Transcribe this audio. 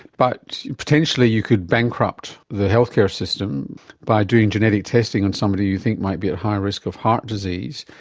but potentially you could bankrupt the healthcare system by doing genetic testing on somebody you think might be at high risk of heart disease,